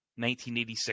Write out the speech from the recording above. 1986